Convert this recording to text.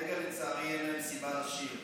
לצערי, אין להם סיבה לשיר.